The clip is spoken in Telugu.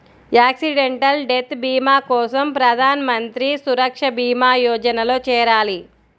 యాక్సిడెంటల్ డెత్ భీమా కోసం ప్రధాన్ మంత్రి సురక్షా భీమా యోజనలో చేరాలి